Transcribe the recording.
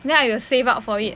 then I will save up for it